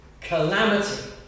calamity